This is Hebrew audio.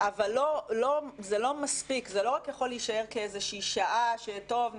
זה לא רק יכול להישאר כאיזושהי שעה שטוב,